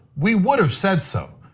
we would have said so.